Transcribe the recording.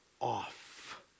off